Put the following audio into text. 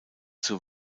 zur